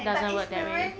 doesn't work that way